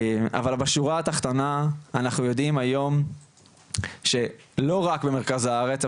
אבל בשורה התחתונה אנחנו יודעים היום שלא רק במרכז הארץ,